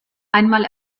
einmal